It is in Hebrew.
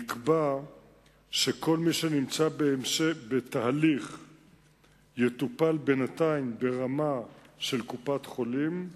נקבע שכל מי שנמצא בתהליך יטופל בינתיים ברמה של קופת-חולים.